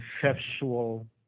conceptual